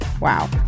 Wow